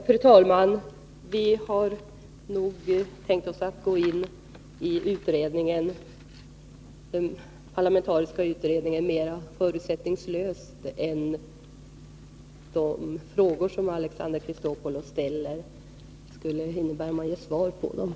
Fru talman! Vi har nog tänkt oss att gå in i den parlamentariska utredningen mera förutsättningslöst än vad Alexander Chrisopoulos tycks förutsätta med tanke på de frågor han ställer.